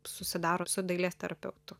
susidaro su dailės terapeutu